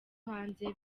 hanze